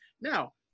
Now